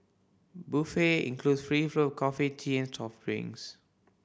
buffet includes free flow of coffee tea and soft drinks